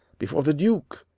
before the duke.